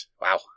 Wow